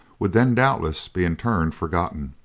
would then doubtless be in turn forgotten,